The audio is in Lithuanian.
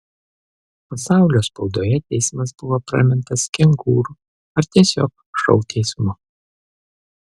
pasaulio spaudoje teismas buvo pramintas kengūrų ar tiesiog šou teismu